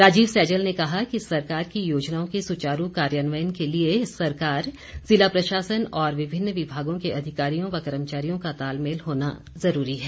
राजीव सैजल ने कहा कि सरकार की योजनाओं के सुचारू कार्यान्वयन के लिए सरकार जिला प्रशासन और विभिन्न विभागों के अधिकारियों व कर्मचारियों का तालमेल होना जरूरी है